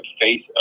face